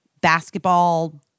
basketball